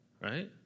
right